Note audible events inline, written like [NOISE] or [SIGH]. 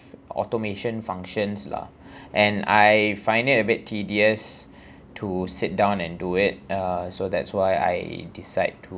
automation functions lah [BREATH] and I find it a bit tedious [BREATH] to sit down and do it uh so that's why I decide to